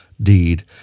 deed